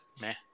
meh